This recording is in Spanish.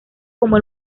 como